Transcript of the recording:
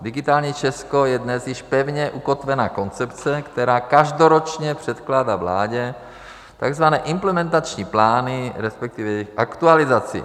Digitální Česko je dnes již pevně ukotvená koncepce, která každoročně předkládá vládě takzvané implementační plány, respektive jejich aktualizaci.